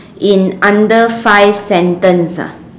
in under five sentence ah